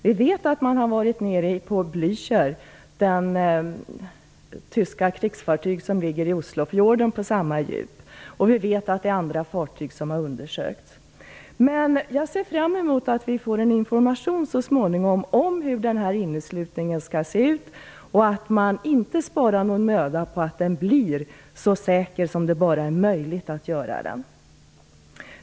Vi vet att man har varit nere på det tyska krigsfartyget Estonia, och vi vet att också andra fartyg har undersökts. Men jag ser fram emot att vi så småningom får en information om hur inneslutningen skall se ut. Det får inte sparas någon möda på att den blir så säker som det bara är möjligt.